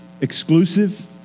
exclusive